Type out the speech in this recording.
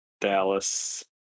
Dallas